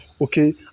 okay